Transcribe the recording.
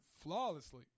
flawlessly